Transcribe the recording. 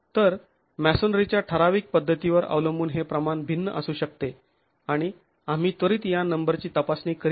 तर मॅसोनरीच्या ठराविक पद्धतीवर अवलंबून हे प्रमाण भिन्न असू शकते आणि आम्ही त्वरित या नंबरची तपासणी करीत नाही